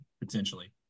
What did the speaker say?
potentially